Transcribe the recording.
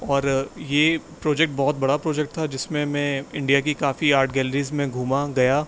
اور یہ پروجیکٹ بہت بڑا پروجیکٹ تھا جس میں میں انڈیا کی کافی آرٹ گیلریز میں گھوما گیا